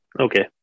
Okay